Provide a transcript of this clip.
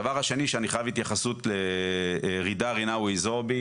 הדבר השני שאני חייב התייחסות לג'ידא רינאוי זועבי,